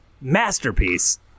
masterpiece